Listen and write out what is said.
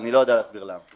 אני לא יודע להסביר למה.